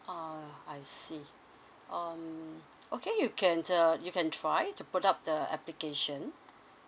ah I see um okay you can uh you can try to put up the application